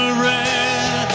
red